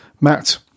matt